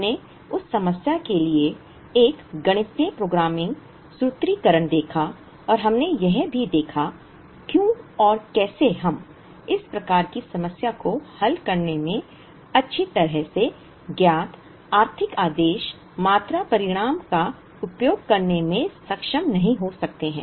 हमने उस समस्या के लिए एक गणितीय प्रोग्रामिंग सूत्रीकरण देखा और हमने यह भी देखा क्यों और कैसे हम इस प्रकार की समस्या को हल करने में अच्छी तरह से ज्ञात आर्थिक आदेश मात्रा परिणाम का उपयोग करने में सक्षम नहीं हो सकते हैं